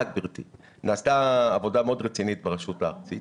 נעשתה עבודה מאוד רצינית ברשות הארצית,